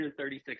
136